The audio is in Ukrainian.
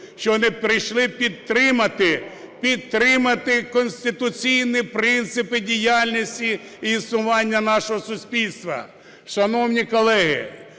що вони прийшли підтримати, підтримати конституційні принципи діяльності й існування нашого суспільства. Шановні колеги,